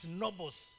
nobles